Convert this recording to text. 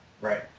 Right